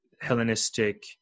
Hellenistic